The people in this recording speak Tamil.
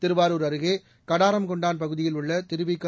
திருவாரூர் அருகே கடாரம்கொண்டான் பகுதியில் உள்ள திருவிக